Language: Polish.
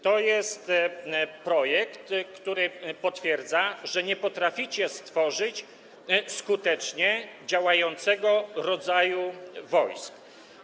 To jest projekt, który potwierdza, że nie potraficie stworzyć skutecznie działającego rodzaju wojsk.